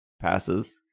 passes